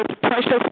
precious